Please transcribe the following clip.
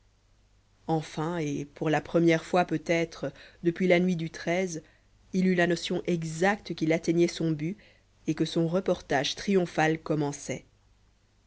enfin et pour la première fois peut-être depuis la nuit du il eut la notion exacte qu'il atteignait son but et que son reportage triomphal commençait